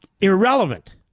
irrelevant